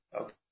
Okay